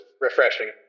refreshing